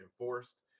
enforced